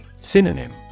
Synonym